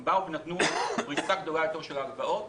אלא נתנו פריסה גדולה יותר של ההלוואות,